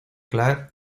clare